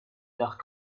leurs